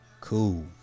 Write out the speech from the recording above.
Cool